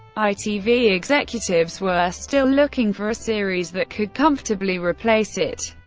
itv executives were still looking for a series that could comfortably replace it.